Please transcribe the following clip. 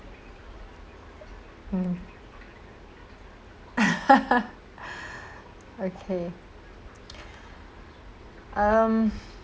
mm okay mm